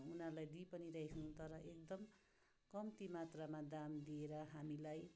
उनाहरूलाई दिइ पनि रहेछौँ तर एकदम कम्ती मात्रामा दाम दिएर हामीलाई